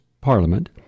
parliament